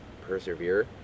persevere